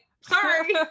Sorry